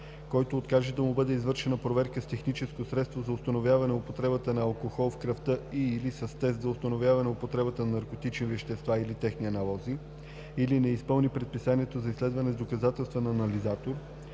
който откаже да му бъде извършена проверка с техническо средство за установяване употребата на алкохол в кръвта и/или с тест за установяване употребата на наркотични вещества или техни аналози, или не изпълни предписанието за изследване с доказателствен анализатор